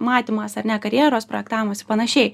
matymas ar ne karjeros projektavimas ir panašiai